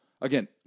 again